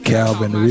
Calvin